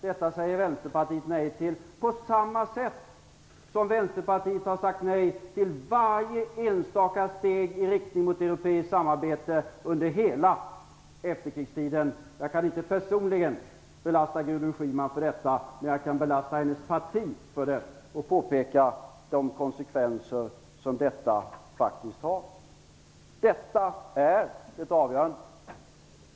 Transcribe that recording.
Detta säger Vänsterpartiet nej till - på samma sätt som Vänsterpartiet har sagt nej till varje enstaka steg i riktning mot europeiskt samarbete under hela efterkrigstiden. Jag kan inte belasta Gudrun Schyman personligen för detta, men jag kan belasta hennes parti och påpeka de konsekvenser som detta faktiskt har. Detta är avgörande.